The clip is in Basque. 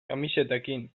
kamisetekin